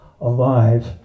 alive